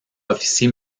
officier